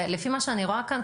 לפי מה שאני רואה כאן,